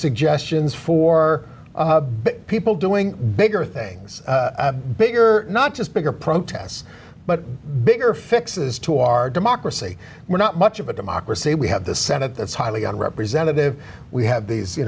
suggestions for people doing bigger things bigger not just bigger protests but bigger fixes to our democracy we're not much of a democracy we have the senate that's highly on representative we have these you